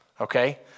okay